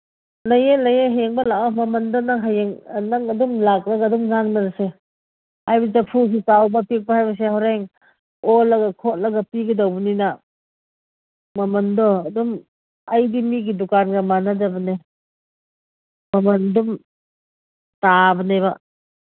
ꯂꯩꯌꯦ ꯂꯩꯌꯦ ꯌꯦꯡꯕ ꯂꯥꯛꯑꯣ ꯃꯃꯟꯗꯨꯅ ꯍꯌꯦꯡ ꯅꯪ ꯑꯗꯨꯝ ꯂꯥꯛꯂꯒ ꯑꯗꯨꯝ ꯉꯥꯡꯅꯔꯁꯦ ꯍꯥꯏꯕꯗꯤ ꯆꯐꯨꯁꯤ ꯆꯥꯎꯕ ꯄꯤꯛꯄ ꯍꯥꯏꯕꯁꯤ ꯍꯣꯔꯦꯟ ꯑꯣꯜꯂꯒ ꯈꯣꯠꯂꯒ ꯄꯤꯒꯗꯧꯕꯅꯤꯅ ꯃꯃꯟꯗꯣ ꯑꯗꯨꯝ ꯑꯩꯗꯤ ꯃꯤꯒꯤ ꯗꯨꯀꯥꯟꯒ ꯃꯥꯟꯅꯗꯕꯅꯦ ꯃꯃꯟ ꯑꯗꯨꯝ ꯇꯥꯕꯅꯦꯕ